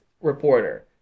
reporter